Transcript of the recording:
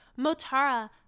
Motara